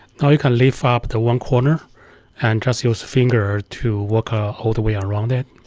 now you can lift up the one corner and just use finger to work ah all the way around it.